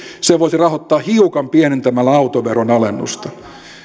sen voisi rahoittaa hiukan pienentämällä autoveron alennusta